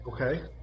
Okay